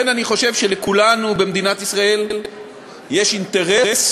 לכן אני חושב שלכולנו במדינת ישראל יש אינטרס